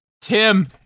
Tim